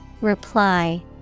Reply